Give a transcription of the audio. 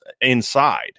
inside